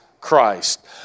Christ